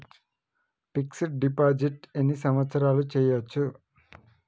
Fix డ్ deposit ఎన్ని సంవత్సరాలు చేయచ్చు?